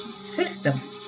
system